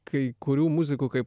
kai kurių muzikų kai